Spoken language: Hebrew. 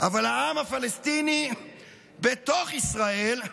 אבל העם הפלסטיני בתוך ישראל,